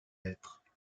êtres